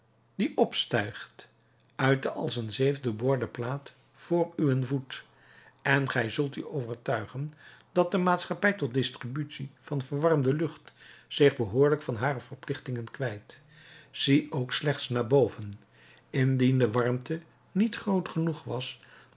die opstijgt uit de als een zeef doorboorde plaat voor uwen voet en gij zult u overtuigen dat de maatschappij tot distributie van verwarmde lucht zich behoorlijk van hare verplichting kwijt zie ook slechts naar boven indien de warmte niet groot genoeg was